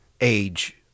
age